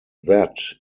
that